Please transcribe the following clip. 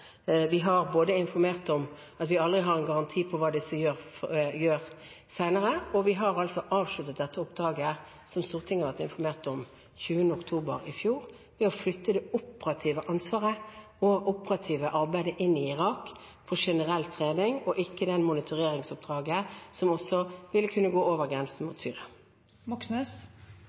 Vi har informert om at vi aldri har en garanti på hva disse gjør senere, og vi har altså avsluttet dette oppdraget, som Stortinget ble informert om 20. oktober i fjor, ved å flytte det operative ansvaret og operative arbeidet inn i Irak på generell trening, og ikke det monitoreringsoppdraget, som også ville kunne gå over grensen mot